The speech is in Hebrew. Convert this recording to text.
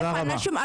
אלף אנשים,